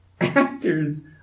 actors